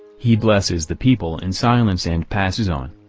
he blesses the people in silence and passes on.